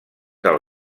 del